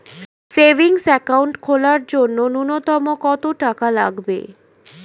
Savings account খোলার জন্য নূন্যতম কত টাকা লাগবে?